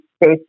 based